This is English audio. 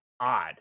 odd